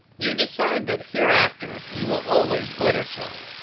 you decide that hereafter you will always glitter so.